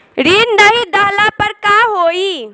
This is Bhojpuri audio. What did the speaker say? ऋण नही दहला पर का होइ?